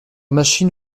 machine